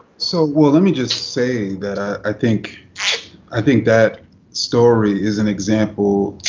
so, well, let me just say that i think i think that story is an example